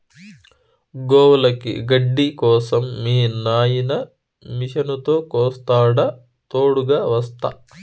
గోవులకి గడ్డి కోసం మీ నాయిన మిషనుతో కోస్తాడా తోడుగ వస్తా